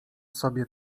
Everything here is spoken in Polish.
sobie